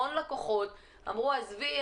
המון לקוחות אמרו 'עזבי,